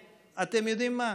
ואתם יודעים מה?